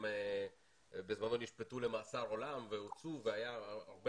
הם בזמנו נשפטו למאסר עולם והיה הרבה